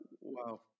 Wow